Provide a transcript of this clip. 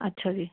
ਅੱਛਾ ਜੀ